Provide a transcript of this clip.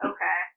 Okay